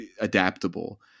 adaptable